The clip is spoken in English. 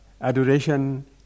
adoration